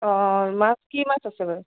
অঁ মাছ কি মাছ আছে বাৰু